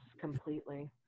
completely